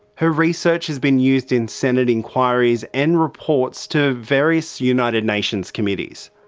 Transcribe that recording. her research has been used in senate inquiries and reports to various united nations committees.